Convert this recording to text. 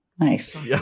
Nice